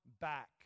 Back